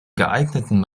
geeigneten